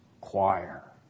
choir